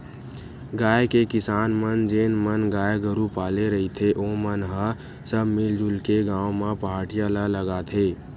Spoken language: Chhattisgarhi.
गाँव के किसान मन जेन मन गाय गरु पाले रहिथे ओमन ह सब मिलजुल के गाँव म पहाटिया ल लगाथे